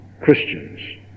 Christians